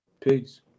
Peace